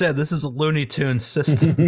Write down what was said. yeah this is a looney tunes system.